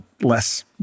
less